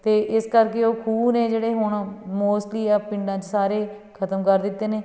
ਅਤੇ ਇਸ ਕਰਕੇ ਉਹ ਖੂਨ ਨੇ ਜਿਹੜੇ ਹੁਣ ਮੋਸਟਲੀ ਆ ਪਿੰਡਾਂ 'ਚ ਸਾਰੇ ਖਤਮ ਕਰ ਦਿੱਤੇ ਨੇ